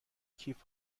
کیف